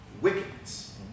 wickedness